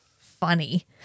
funny